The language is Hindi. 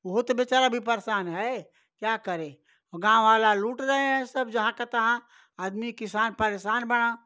उहो तो बेचारा भी परेशान है क्या करे गाँव वाला लूट रहे हैं सब जहाँ का तहाँ आदमी किसान परेशान बारन